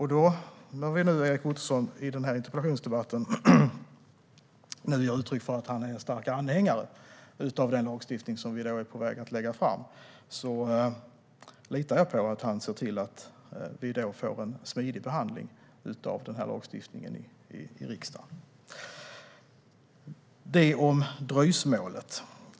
När nu Erik Ottoson i den här interpellationsdebatten ger uttryck för att han är stark anhängare av den lagstiftning som vi är på väg att lägga fram litar jag på att han ser till att vi får en smidig behandling av den i riksdagen. Det om dröjsmålet.